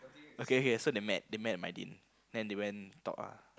okay okay so they met they met at Mydin then they went talk lah